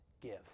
Give